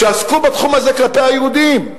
כשעסקו בתחום הזה כלפי היהודים.